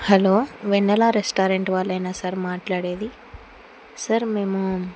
hello Vennela restaurant వాళ్ళేనా sir మాట్లాడేది sir మేము